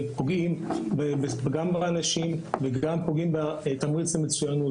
ופוגעים גם באנשים וגם פוגעים בתמריץ למצוינות.